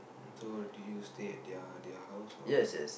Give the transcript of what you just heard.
so did you stay at their their house or